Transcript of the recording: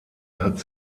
hat